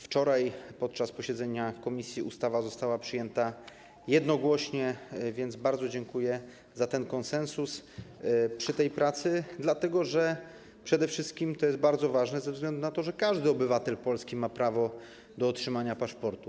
Wczoraj podczas posiedzenia komisji ustawa została przyjęta jednogłośnie, więc bardzo dziękuję za konsensus przy tej pracy, dlatego że to jest bardzo ważne ze względu na to, że każdy obywatel Polski ma prawo do otrzymania paszportu.